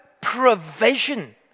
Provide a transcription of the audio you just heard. provision